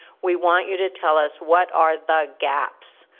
we want you to tell us what are the gaps.